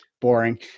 boring